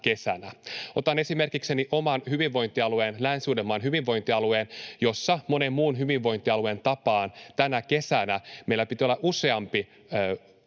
Otan esimerkikseni oman hyvinvointialueeni, Länsi-Uudenmaan hyvinvointialueen, jossa monen muun hyvinvointialueen tapaan tänä kesänä meillä piti olla usempi